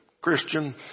Christian